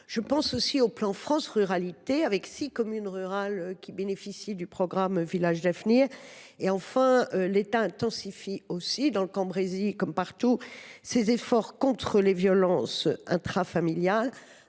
Je pense aussi au programme France Ruralités : six communes rurales bénéficient du programme Villages d’avenir. Enfin, l’État intensifie aussi dans le Cambrésis, comme partout, ses efforts dans la lutte contre les violences intrafamiliales